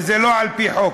וזה לא על-פי חוק.